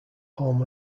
home